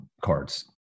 cards